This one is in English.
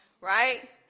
right